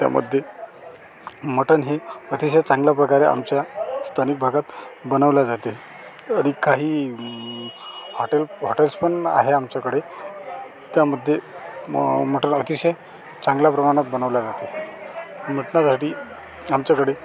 त्यामध्ये मटण हे अतिशय चांगल्या प्रकारे आमच्या स्थानिक भागात बनवल्या जाते आणि काही हॉटेल हॉटेल्स पण आहे आमच्याकडे त्यामध्ये म मटण अतिशय चांगल्या प्रमाणात बनवल्या जाते मटणासाठी आमच्याकडे